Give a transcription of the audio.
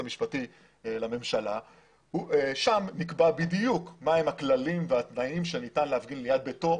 שם נקבע בדיוק מה הם הכללים והתנאים שניתן להפגין ליד ביתו,